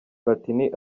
platini